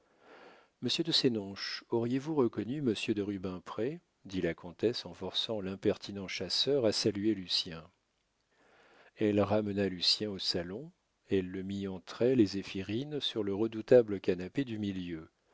monsieur de sénonches auriez-vous reconnu monsieur de rubempré dit la comtesse en forçant l'impertinent chasseur à saluer lucien elle ramena lucien au salon elle le mit entre elle et zéphirine sur le redoutable canapé du milieu